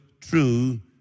true